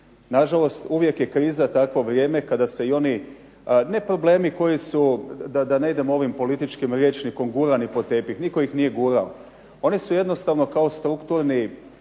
Nažalost, uvijek je kriza takvo vrijeme kada se ne problemi koji su da ne idemo ovim političkim rječnikom gurani pod tepih, nitko ih nije gurao, oni su jednostavno kao strukturni